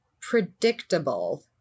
predictable